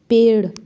पेड़